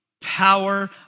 power